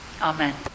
Amen